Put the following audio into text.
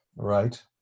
Right